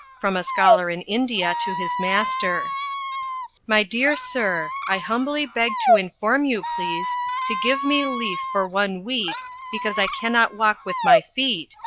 from a scholar in india to his master my dear sir i humbly beg to inform you pleas to give me leaf for one week because i cannot walk with my feet,